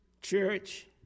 church